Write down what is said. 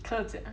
客家